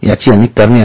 याची अनेक कारणे आहेत